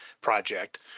project